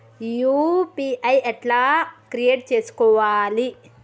UPI ఎట్లా create చేసుకోవాలి?